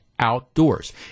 outdoors